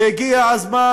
והגיע הזמן,